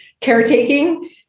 caretaking